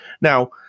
Now